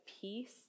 peace